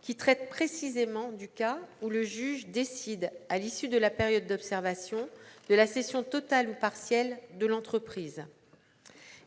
qui traite précisément du cas où le juge décide, à l'issue de la période d'observation, de la cession totale ou partielle de l'entreprise. D'autre part,